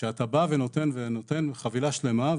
שאתה בא ונותן ונותן חבילה שלמה.